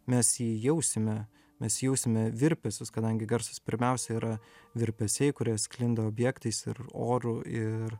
mes jį jausime mes jausime virpesius kadangi garsas pirmiausia yra virpesiai kurie sklinda objektais ir oru ir